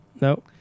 no